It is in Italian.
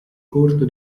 corto